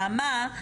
נעמה,